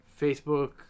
Facebook